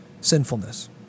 sinfulness